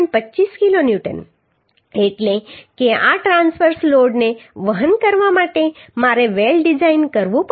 25 kilonewton એટલે કે આ ટ્રાંસવર્સ લોડને વહન કરવા માટે મારે વેલ્ડ ડિઝાઇન કરવું પડશે